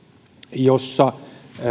jossa